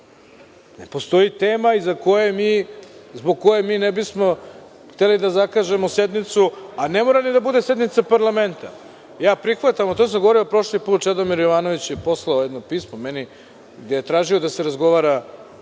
Ne postoji tema zbog koje mi ne bismo hteli da zakažemo sednicu, a ne mora ni da bude sednica parlamenta. Ja prihvatam, to sam govorio i prošli put, Čedomir Jovanović je poslao jedno pismo meni, gde je tražio da razgovaramo